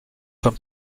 from